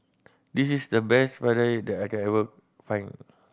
this is the best vadai that I can find